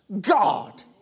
God